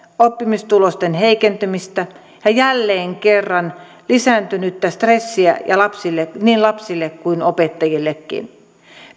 oppimistulosten heikentymistä ja jälleen kerran lisääntynyttä stressiä niin lapsille kuin opettajillekin